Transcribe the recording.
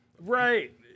Right